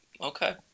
okay